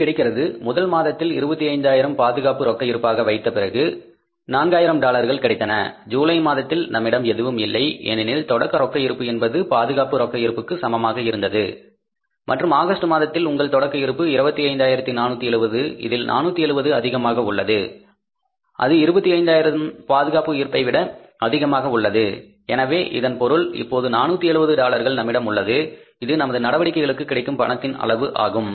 இது கிடைக்கிறது முதல் மாதத்தில் 25000 பாதுகாப்பு ரொக்க இருப்பாக வைத்த பிறகு 4000 டாலர்கள் கிடைத்தன ஜூலை மாதத்தில் நம்மிடம் எதுவும் இல்லை ஏனெனில் தொடக்க ரொக்க இருப்பு என்பது பாதுகாப்பு ரொக்க இரும்புக்கு சமமாக இருந்தது மற்றும் ஆகஸ்ட் மாதத்தில் உங்கள் தொடக்க இருப்பு 25470 இதில் 470 அதிகமாக உள்ளது அது 25000 பாதுகாப்பு இருப்பு விட அதிகமாக உள்ளது எனவே இதன் பொருள் இப்போது 470 டாலர்கள் நம்மிடம் உள்ளது இது நமது நடவடிக்கைகளுக்கு கிடைக்கும் பணத்தின் அளவு ஆகும்